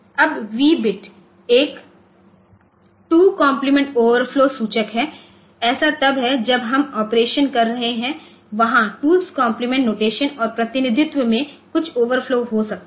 अब V bit एक two complement overflow सूचक है ऐसा तब है जब हम ऑपरेशन कर रहे हैं वहां टू कंप्लीमेंट नोटेशन2's complement notation और प्रतिनिधित्व में कुछ ओवरफ्लो हो सकता है